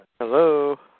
Hello